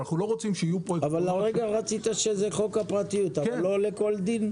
אבל הרגע רצית שיהיה חוק הפרטיות, אבל לא לכל דין?